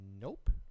Nope